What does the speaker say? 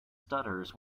stutters